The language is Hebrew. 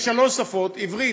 בשלוש שפות עברית,